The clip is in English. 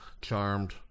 charmed